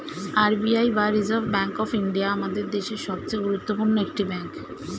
R B I বা Reserve Bank of India আমাদের দেশের সবচেয়ে গুরুত্বপূর্ণ একটি ব্যাঙ্ক